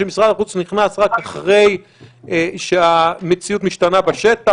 שמשרד החוץ נכנס רק אחרי שהמציאות משתנה בשטח,